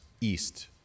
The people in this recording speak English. East